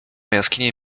jaskini